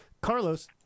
Carlos